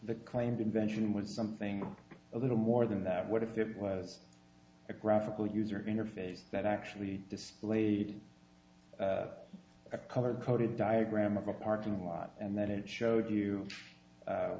the claimed invention was something a little more than that what if it was a graphical user interface that actually displayed a color coded diagram of a parking lot and then it showed you